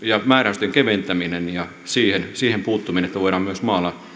ja määräysten keventäminen ja siihen siihen puuttuminen niin että voidaan myös maalla rakentaa